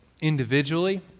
individually